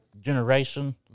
generation